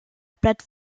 plate